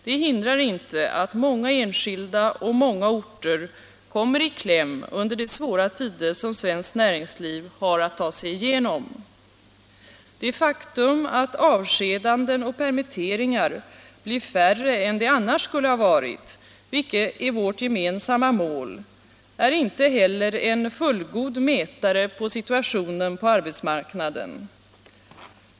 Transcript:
Det hindrar emellertid inte att många enskilda och många orter kommer i kläm under de svåra tider som svenskt näringsliv har att ta sig igenom. Inte heller det faktum att avskedanden och permitteringar blir färre än de annars skulle ha varit, vilket är vårt gemensamma mål, är en fullgod mätare på situationen på arbetsmarknaden.